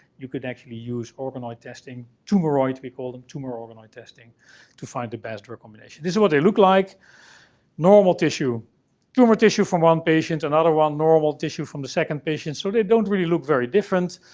you could actually use organoid organoid testing. tumoroids, we call them. tumor organoid testing to find the best drug combination. this is what they look like normal tissue tumor tissue from one patient another one. normal tissue from the second patient. so, they don't really look very different.